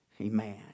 Amen